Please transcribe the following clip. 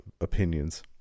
opinions